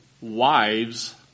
wives